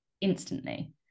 instantly